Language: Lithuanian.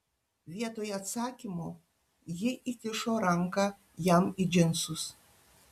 vietoj atsakymo ji įkišo ranką jam į džinsus